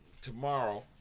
tomorrow